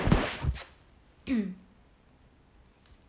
mm